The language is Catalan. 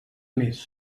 més